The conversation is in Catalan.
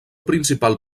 principal